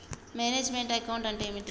Manage meant account అంటే ఏమిటి?